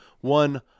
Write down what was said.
one